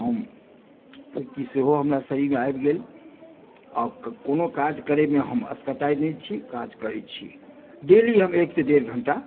हम आओर फुर्ति हमरा शरीरमे सेहो आबि गेल आओर कोनो काज करयमे हम अस्काताई नहि छी करै छी डेली हम एक सॅं डेढ़ घण्टा